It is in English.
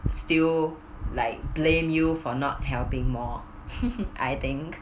still like blame you for not helping more I think